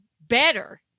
better